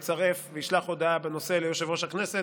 ישלח הודעה בנושא ליושב-ראש הכנסת,